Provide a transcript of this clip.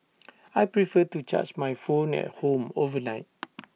I prefer to charge my phone at home overnight